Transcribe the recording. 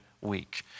Week